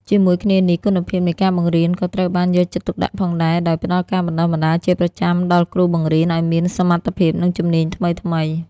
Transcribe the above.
ជាមួយគ្នានេះ គុណភាពនៃការបង្រៀនក៏ត្រូវបានយកចិត្តទុកដាក់ផងដែរ ដោយផ្តល់ការបណ្តុះបណ្តាលជាប្រចាំដល់គ្រូបង្រៀនឱ្យមានសមត្ថភាព និងជំនាញថ្មីៗ។